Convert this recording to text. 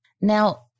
Now